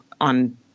on